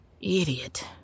Idiot